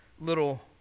little